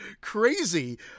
crazy